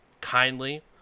kindly